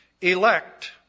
elect